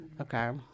okay